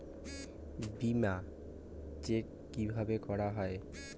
বিমা চেক কিভাবে করা হয়?